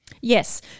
Yes